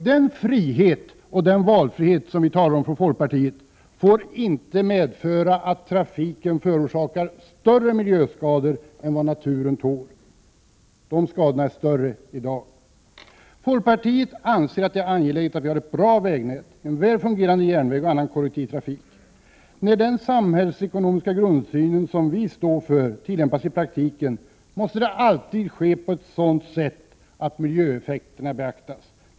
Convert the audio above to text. Den frihet och den valfrihet som vi från folkpartiet talar om får inte föra med sig — som förhållandet är i dag — att trafiken förorsakar större miljöskador än vad naturen tål. Folkpartiet anser att det är angeläget att vi har ett bra vägnät, väl fungerande järnvägar och annan kollektiv trafik. När den samhällsekonomiska grundsynen som vi står för tillämpas i praktiken måste det alltid ske på ett sådant sätt att miljöeffekterna beaktas.